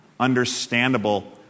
Understandable